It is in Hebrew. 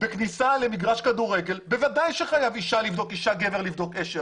בכניסה למגרש כדורגל בוודאי שחייבת אישה לבדוק אישה וגבר לבדוק גבר.